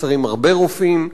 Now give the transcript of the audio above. חסרים הרבה רופאים,